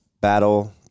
battle